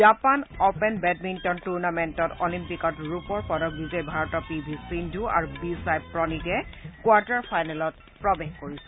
Japan open badminton টুৰ্ণামেণ্টত অলিম্পিকত ৰূপৰ পদক বিজয়ী ভাৰতৰ পি ভি সিন্ধু আৰু বি ছাই প্ৰণীতে কোৱাৰ্টাৰ ফাইনেলত প্ৰৱেশ কৰিছে